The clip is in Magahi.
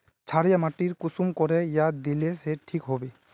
क्षारीय माटी कुंसम करे या दिले से ठीक हैबे?